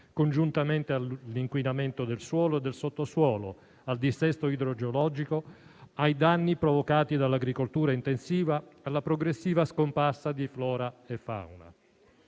congiuntamente all'inquinamento del suolo e del sottosuolo, al dissesto idrogeologico, ai danni provocati dall'agricoltura intensiva, alla progressiva scomparsa di flora e fauna.